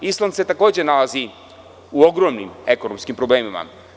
Island se takođe nalazi u ogromnim ekonomskim problemima.